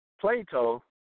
Plato